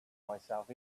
myself